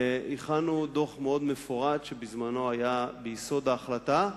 והכנו דוח מאוד מפורט שהיה ביסוד ההחלטה.